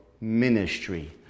ministry